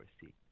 seat